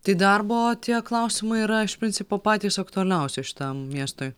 tai darbo tie klausimai yra iš principo patys aktualiausi šitam miestui